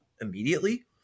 immediately